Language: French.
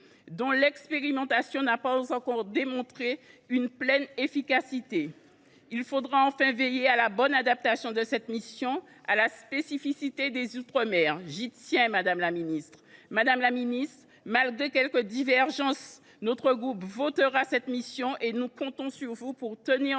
dont l’expérimentation n’a pas encore démontré la pleine efficacité. Il faudra enfin veiller à la bonne adaptation de cette mission à la spécificité des outre mer – j’y tiens tout particulièrement. Madame la ministre, malgré quelques divergences, notre groupe votera cette mission et nous comptons sur vous pour tenir le